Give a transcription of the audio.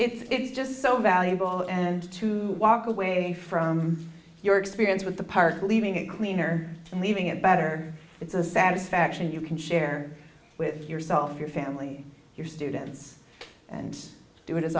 it's just so valuable and to walk away from your experience with the park leaving it cleaner and leaving it better it's a satisfaction you can share with yourself your family your students and do it as